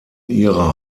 ihrer